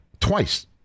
Twice